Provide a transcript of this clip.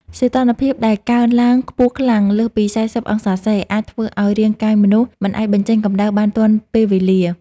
សីតុណ្ហភាពដែលកើនឡើងខ្ពស់ខ្លាំងលើសពី ៤០ អង្សាសេ អាចធ្វើឱ្យរាងកាយមនុស្សមិនអាចបញ្ចេញកម្ដៅបានទាន់ពេលវេលា។